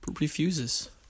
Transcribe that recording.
refuses